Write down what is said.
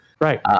Right